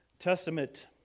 Testament